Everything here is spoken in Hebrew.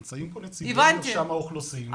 נמצאים פה נציגות מרשם האוכלוסין והשאלה מה הם אומרים.